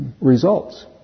results